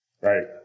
Right